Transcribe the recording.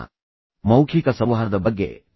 ಪ್ರಸ್ತುತ ನಾವು ಮೌಖಿಕ ಸಂವಹನದ ಮೇಲೆ ಗಮನ ಹರಿಸೋಣ